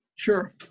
Sure